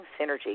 synergy